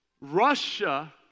Russia